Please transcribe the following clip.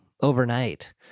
overnight